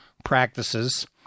practices